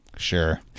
sure